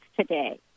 today